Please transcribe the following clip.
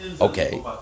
Okay